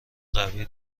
قوی